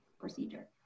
procedure